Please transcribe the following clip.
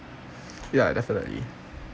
ya definitely